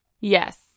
Yes